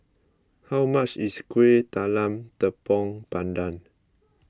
how much is Kueh Talam Tepong Pandan